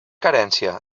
carència